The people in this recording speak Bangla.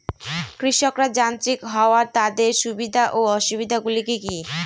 কৃষকরা যান্ত্রিক হওয়ার তাদের সুবিধা ও অসুবিধা গুলি কি কি?